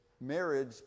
marriage